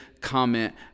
comment